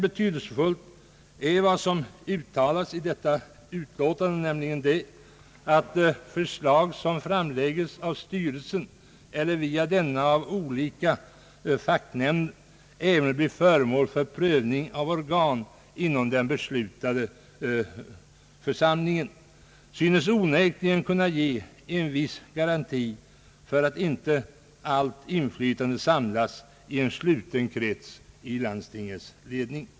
Betydelsefullt är också, som det framhålles i utlåtandet, att förslag som framlägges av styrelsen eller via denna av olika fackmän även blir föremål för prövning av organ inom den beslutande församlingen. Detta synes onekligen kunna ge en viss garanti för att inte allt inflytande samlas i en sluten krets i landstingens ledning.